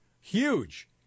huge